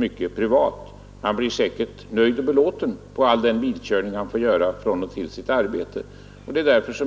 mycket privat; han är säkert nöjd med all bilkörning till och från arbetet.